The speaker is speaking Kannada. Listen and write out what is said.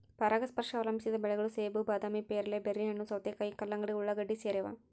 ಪರಾಗಸ್ಪರ್ಶ ಅವಲಂಬಿಸಿದ ಬೆಳೆಗಳು ಸೇಬು ಬಾದಾಮಿ ಪೇರಲೆ ಬೆರ್ರಿಹಣ್ಣು ಸೌತೆಕಾಯಿ ಕಲ್ಲಂಗಡಿ ಉಳ್ಳಾಗಡ್ಡಿ ಸೇರವ